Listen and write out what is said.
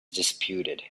disputed